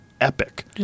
epic